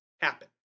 happen